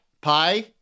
Pi